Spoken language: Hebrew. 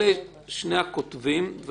אלה שני הקטבים.